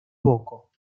poco